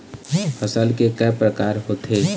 फसल के कय प्रकार होथे?